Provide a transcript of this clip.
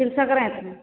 तिलसङ्क्रान्तिमे